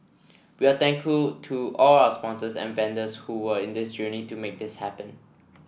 we are thankful to all our sponsors and vendors who were in this journey to make this happen